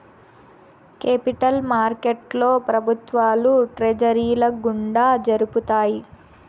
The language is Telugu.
కేపిటల్ మార్కెట్లో ప్రభుత్వాలు ట్రెజరీల గుండా జరుపుతాయి